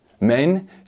Men